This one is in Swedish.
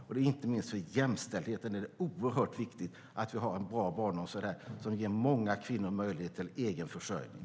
Och inte minst för jämställdheten är det oerhört viktigt att vi har en bra barnomsorg, som ger många kvinnor möjlighet till egen försörjning.